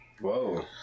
Whoa